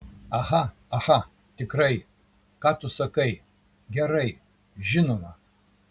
aha aha tikrai ką tu sakai gerai žinoma